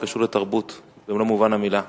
זה קשור לתרבות במלוא מובן המלה.